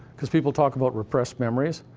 because people talk about repressed memories.